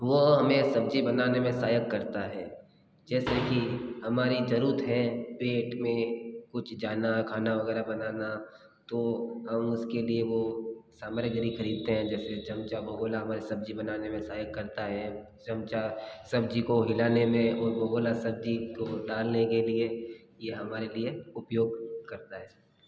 वो हमें सब्ज़ी बनाने में सहायक करता है जैसे कि हमारी ज़रूरत है पेट में कुछ जाना खाना वग़ैरह बनाना तो हम उस के लिए वो सामग्री खरीदते हैं जैसे चमचा भगौना हमारे सब्ज़ी बनाने में सहायक करता है चमचा सब्ज़ी को हिलाने में और भुगोना सब्ज़ी को डालने के लिए ये हमारे लिए उपयोग करता है